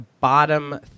bottom